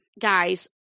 guys